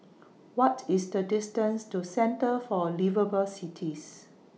What IS The distance to Centre For Liveable Cities